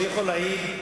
אני יכול להעיד,